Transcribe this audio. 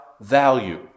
value